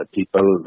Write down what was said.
people